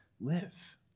live